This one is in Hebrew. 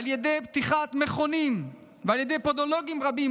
על ידי פתיחת מכונים ועל ידי פודולוגים רבים,